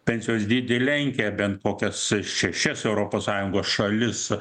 pensijos dydį lenkia bent kokias šešias europos sąjungos šalis